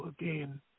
again